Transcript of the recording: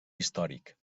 històric